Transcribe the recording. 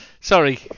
Sorry